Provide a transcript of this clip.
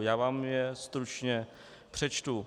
Já vám je stručně přečtu: